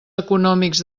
econòmics